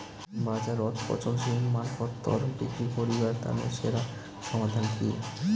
বাজারত পচনশীল মালপত্তর বিক্রি করিবার তানে সেরা সমাধান কি?